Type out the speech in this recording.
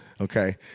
okay